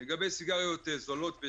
לגבי סיגריות יקרות וזולות,